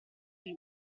alle